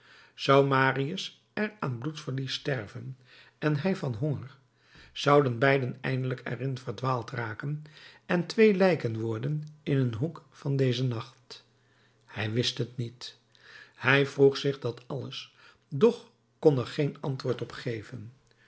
zou marius er aan bloedverlies sterven en hij van honger zouden beiden eindelijk er in verdwaald raken en twee lijken worden in een hoek van dezen nacht hij wist het niet hij vroeg zich dat alles doch kon er geen antwoord op geven